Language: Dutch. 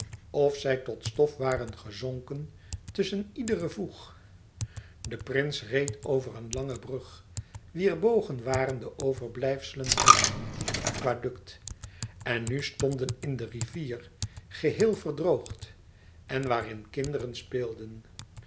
of zij tot stof waren gezonken tusschen iedere voeg de prins reed over een lange brug wier bogen waren de overblijfselen van een antiek aquaduct en nu stonden in de rivier geheel verdroogd en waarin kinderen speelden